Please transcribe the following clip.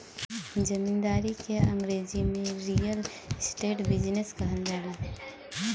जमींदारी के अंगरेजी में real estate business कहल जाला